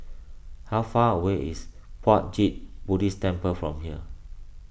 how far away is Puat Jit Buddhist Temple from here